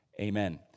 Amen